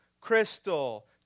crystal